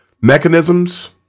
mechanisms